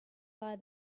lie